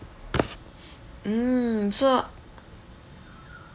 mm so